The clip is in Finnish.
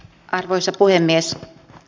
arvoisa puhemies